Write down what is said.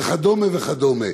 וכדומה וכדומה.